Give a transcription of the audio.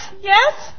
yes